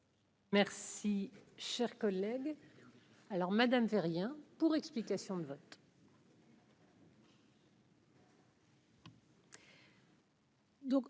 Merci, cher collègue, alors Madame rien pour explication de vote.